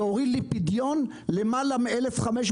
זה הוריד לי פדיון למעלה מ-1,500,